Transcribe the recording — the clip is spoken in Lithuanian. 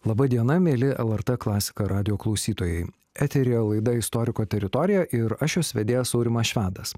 laba diena mieli lrt klasika radijo klausytojai eteryje laida istoriko teritorija ir aš jos vedėjas aurimas švedas